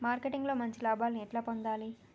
Marketing లో మంచి లాభాల్ని ఎట్లా పొందాలి?